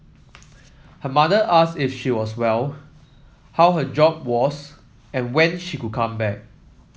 her mother asked if she was well how her job was and when she would come back